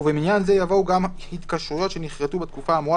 ובמניין זה יבואו גם התקשרויות שנכרתו בתקופה האמורה